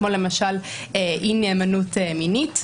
כמו למשל אי-נאמנות מינית,